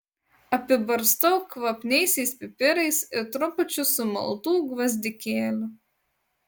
apibarstau kvapniaisiais pipirais ir trupučiu sumaltų gvazdikėlių